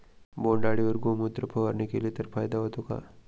बोंडअळीवर गोमूत्र फवारणी केली तर फायदा होतो का?